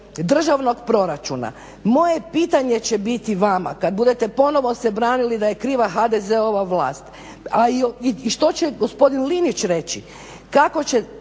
državnog proračuna. Moje pitanje će biti vama kad budete ponovo se branili da je kriva HDZ-ova vlast, a i što će gospodin Linić reći. Kako će?